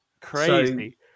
Crazy